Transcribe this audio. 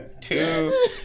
Two